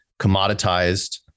commoditized